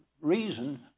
reason